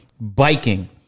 biking